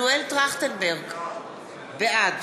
בעד